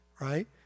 right